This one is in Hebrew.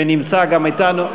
ונמצא גם אתנו,